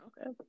Okay